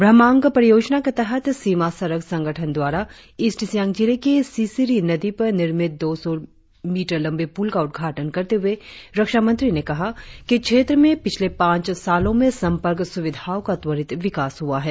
ब्रह्मांक परियोजना के तहत सीमा सड़क संगठन द्वारा ईस्ट सियांग जिले के सिसिरी नदी पर निर्मित दो सौ मीटर लंबे पुल का उद्घाटन करते हुए रक्षामंत्री ने कहा कि क्षेत्र में पिछले पांच सालों में संपर्क सुविधाओं का त्वरित विकास हुआ है